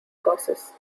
causes